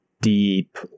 deep